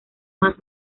más